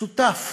שותף